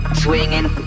swinging